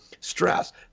stress